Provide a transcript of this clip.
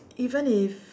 even if